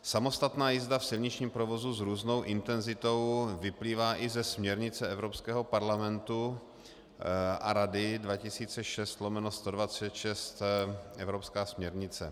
Samostatná jízda v silničním provozu s různou intenzitou vyplývá i ze směrnice Evropského parlamentu a Rady 2006/126 evropská směrnice .